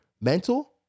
mental